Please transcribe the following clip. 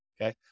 Okay